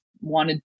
wanted